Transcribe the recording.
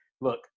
Look